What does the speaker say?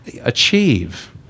achieve